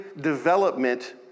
development